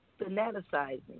fanaticizing